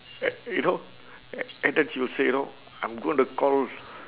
a~ you know a~ and then she'll say you know I'm going to call